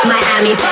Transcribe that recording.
Miami